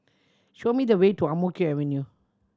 show me the way to Ang Mo Kio Avenue